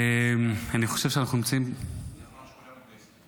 אני חושב שאנחנו נמצאים --- הגיע הזמן שכולם יתגייסו.